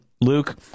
Luke